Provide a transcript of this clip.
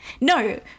no